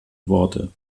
worte